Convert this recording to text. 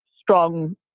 strong